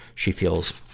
she feels,